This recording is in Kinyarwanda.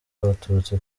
abatutsi